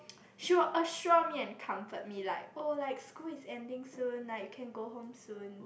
she will assure me and comfort me like oh like school is ending soon like you can go home soon